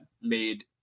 made